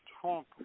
Trump